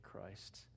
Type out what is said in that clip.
Christ